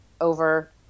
over